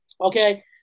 Okay